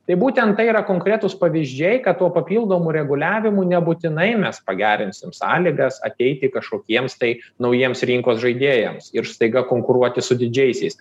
tai būtent tai yra konkretūs pavyzdžiai kad tuo papildomu reguliavimu nebūtinai mes pagerinsim sąlygas ateiti kažkokiems tai naujiems rinkos žaidėjams ir staiga konkuruoti su didžiaisiais